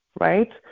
right